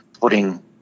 putting